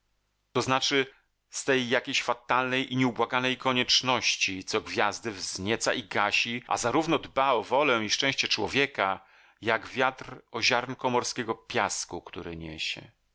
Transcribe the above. to znaczy z tej jakiejś fatalnej i nieubłaganej konieczności co gwiazdy wznieca i gasi a zarówno dba o wolę i szczęście człowieka jak wiatr o ziarnko morskiego piasku który niesie